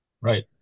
Right